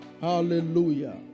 Hallelujah